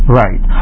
right